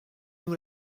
nous